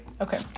Okay